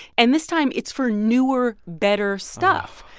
and this time, it's for newer, better stuff.